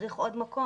צריך עוד מקום.